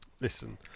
Listen